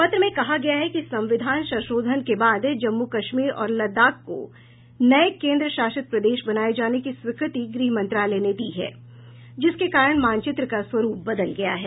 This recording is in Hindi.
पत्र में कहा गया है कि संविधान संशोधन के बाद जम्मू कश्मीर और लद्दाख को नये केन्द्रशासित प्रदेश बनाये जाने की स्वीकृति गृह मंत्रालय ने दी है जिसके कारण मानचित्र का स्वरूप बदल गया है